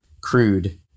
crude